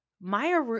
Maya